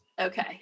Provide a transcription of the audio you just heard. Okay